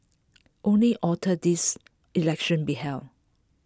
only outer this elections be held